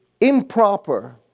improper